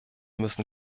müssen